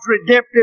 redemptive